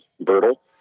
brutal